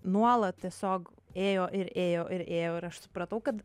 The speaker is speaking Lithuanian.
nuolat tiesiog ėjo ir ėjo ir ėjo ir aš supratau kad